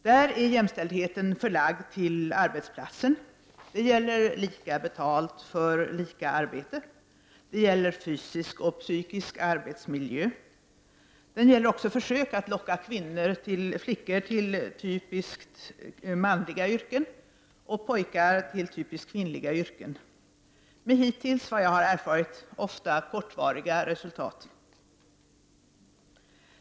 Där är jämställdheten förlagd till arbetsplatsen; det gäller lika betalt för lika arbete, det gäller fysisk och psykisk arbetsmiljö. Det gäller också försök att locka flickor till typiskt manliga yrken och pojkar till typiskt kvinnliga yrken, något som hittills — vad jag har erfarit — ofta fått kortvariga resultat.